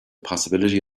possibility